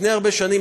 לפני הרבה שנים,